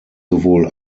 sowohl